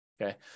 Okay